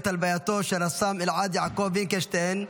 הלווייתו של רס"ר אלעד יעקב וינקלשטיין,